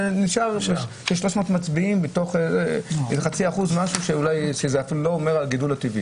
זה נשאר כ-300 מצביעים מתוך חצי אחוז שהוא אפילו לא מלמד על גידול טבעי.